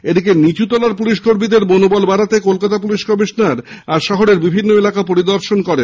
এদিকে নীচু তলার পুলিশ কর্মীদের মনোবল বাড়াতে কলকাতা পুলিশের কমিশনার আজ শহরের বিভিন্ন এলাকা পরিদর্শন করেন